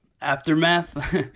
aftermath